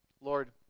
Lord